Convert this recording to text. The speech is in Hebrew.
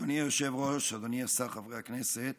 אדוני היושב-ראש, אדוני השר, חברי הכנסת,